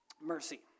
mercy